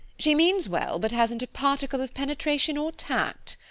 she means well, but hasn't a particle of penetration or tact.